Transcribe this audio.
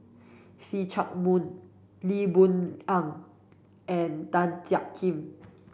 See Chak Mun Lee Boon Ngan and Tan Jiak Kim